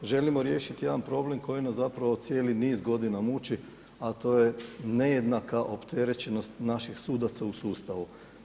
Želimo riješiti jedan problem koji nas zapravo cijeli niz godina muči, a to je nejednaka opterećenost naših sudaca u sustavu.